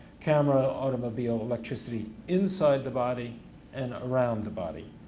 camera, automobile, electricity inside the body and around the body.